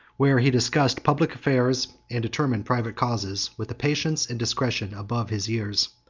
where he discussed public affairs, and determined private causes, with a patience and discretion above his years.